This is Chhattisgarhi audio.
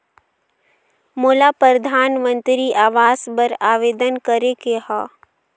मोला परधानमंतरी आवास बर आवेदन करे के हा?